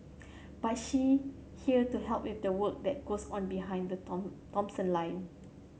but she here to help with the work that goes on behind the Tom Thomson line